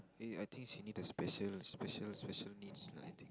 eh I think she need the special special needs lah I think